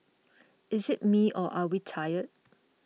is it me or are we tired